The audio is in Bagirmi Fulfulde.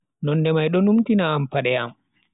Nonde mai do numtina am pade am.